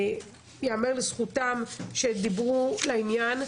ייאמר לזכותם שהם דיברו לעניין.